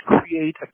create